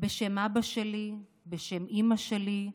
בשם אבא שלי, בשם אימא שלי,